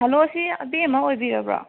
hello ꯁꯤ ꯑꯕꯦꯝꯃ ꯑꯣꯏꯕꯤꯔꯕ꯭ꯔꯣ